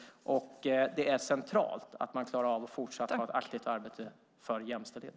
Det är centralt att man klarar av att fortsatt ha ett aktivt arbete för jämställdhet.